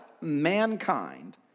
mankind